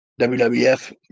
WWF